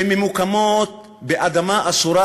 שממוקמות באדמה אסורה